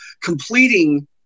completing